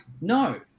no